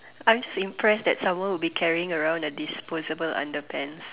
I'm just impressed that someone would carrying around a disposable underpants